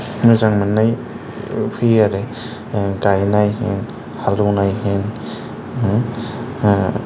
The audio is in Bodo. मोजां मोननाय फैयो आरो गायनाय होन हालेवनाय होन